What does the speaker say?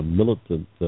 militant